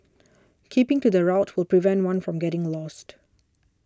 keeping to the route will prevent one from getting lost